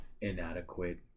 Inadequate